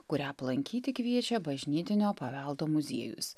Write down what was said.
kurią aplankyti kviečia bažnytinio paveldo muziejus